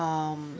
um